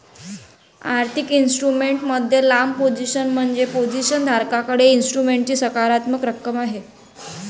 आर्थिक इन्स्ट्रुमेंट मध्ये लांब पोझिशन म्हणजे पोझिशन धारकाकडे इन्स्ट्रुमेंटची सकारात्मक रक्कम आहे